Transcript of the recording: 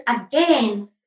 again